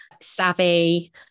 savvy